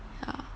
ya